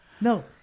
no